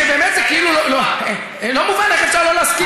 שבאמת זה כאילו לא מובן איך אפשר לא להסכים אתם.